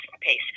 pace